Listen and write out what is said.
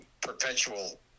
perpetual